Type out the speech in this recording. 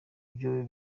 byo